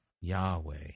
Yahweh